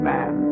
Man